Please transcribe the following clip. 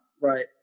Right